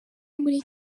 muri